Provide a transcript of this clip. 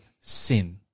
sin